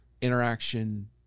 interaction